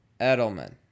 Edelman